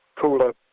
cooler